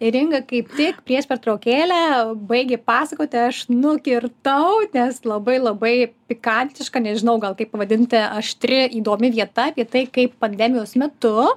ir inga kaip tik prieš pertraukėlę baigė pasakoti aš nukirtau nes labai labai pikantiška nežinau gal kaip pavadinti aštri įdomi vieta apie tai kaip pandemijos metu